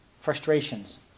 frustrations